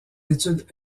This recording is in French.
études